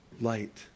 light